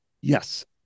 Yes